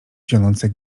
zionące